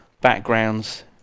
backgrounds